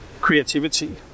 creativity